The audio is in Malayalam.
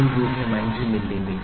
005 മില്ലിമീറ്റർ